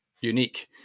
unique